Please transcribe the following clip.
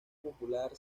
popular